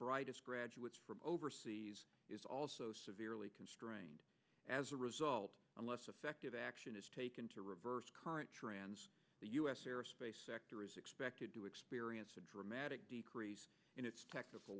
brightest graduates from overseas is also severely constrained as a result and less effective action is taken to reverse current trends the us air space sector is expected to experience a dramatic decrease in its technical